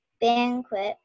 banquet